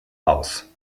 aus